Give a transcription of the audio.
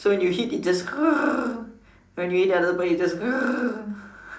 so when you hit it it's just when you hit the other ball it's just